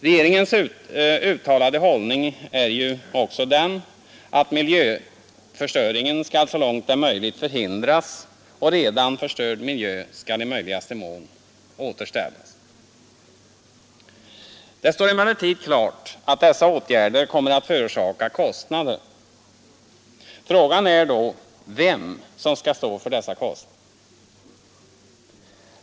Regeringens uttalade hållning är också den att miljöförstöring skall så långt det är möjligt förhindras, och redan förstörd miljö skall i möjligaste mån återställas. Det står emellertid klart att dessa åtgärder kommer att förorsaka kostnader. Frågan är då vem som skall stå för dessa kostnader.